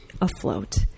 afloat